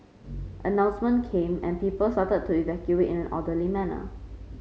announcement came and people started to evacuate in an orderly manner